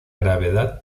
gravedad